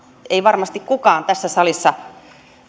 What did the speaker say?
ei varmasti kukaan tässä salissa